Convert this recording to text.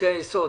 חוקי היסוד.